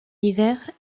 hiver